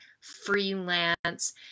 freelance